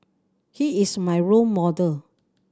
he is my role model